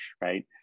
right